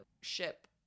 ship